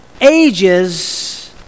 ages